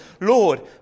Lord